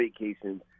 vacations